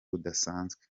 budasanzwe